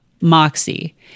moxie